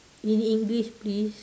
in English please